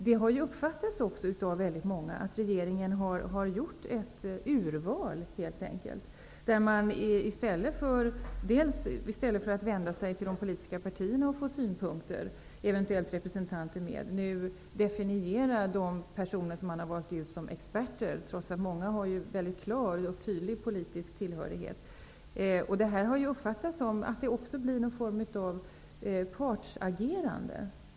Det har av väldigt många uppfattats att regeringen helt enkelt har gjort ett urval i stället för att vända sig till de politiska partierna och få synpunkter och eventuellt få med representanter. Nu definieras de personer som man har valt ut som experter, trots att många har en mycket klar och tydlig politisk tillhörighet. Detta har uppfattats som ett slags partsagerande.